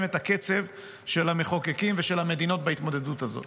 את הקצב של המחוקקים ושל המדינות בהתמודדות הזאת.